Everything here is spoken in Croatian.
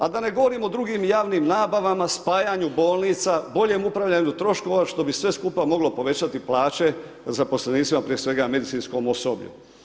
A da ne govorim o drugim javnim nabavama, spajanju bolnica, boljem upravljanju troškova što bi sve skupa moglo povećati plaće zaposlenicima prije svega medicinskom osoblju.